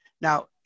Now